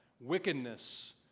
Wickedness